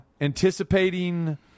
anticipating